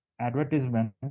advertisement